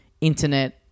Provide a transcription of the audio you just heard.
internet